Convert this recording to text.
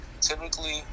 typically